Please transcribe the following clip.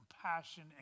compassion